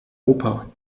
oper